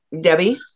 Debbie